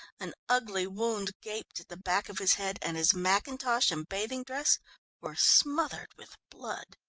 an ugly wound gaped at the back of his head, and his mackintosh and bathing dress were smothered with blood.